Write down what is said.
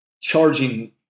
charging